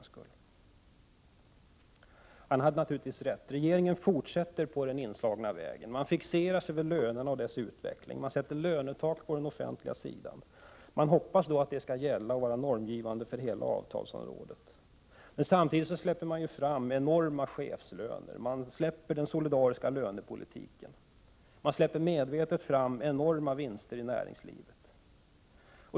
Denne metallarbetare hade naturligtvis rätt. Regeringen fortsätter på den inslagna vägen. Man fixerar sig vid lönerna och deras utveckling, sätter lönetak på den offentliga sidan och hoppas att det skall gälla och vara normgivande för hela avtalsområdet, men släpper samtidigt fram enorma chefslöner, överger den solidariska lönepolitiken och släpper medvetet fram rekordvinster i näringslivet.